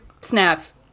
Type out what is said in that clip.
snaps